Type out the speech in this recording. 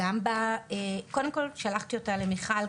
קודם כל שלחתי אותה למיכל,